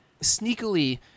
sneakily